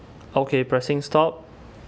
okay pressing stop